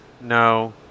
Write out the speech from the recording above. No